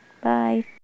Bye